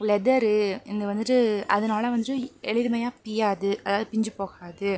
leather இது வந்துட்டு அதனால வந்துட்டு எளிமையாக பிய்யாது அதாவது பிஞ்சு போகாது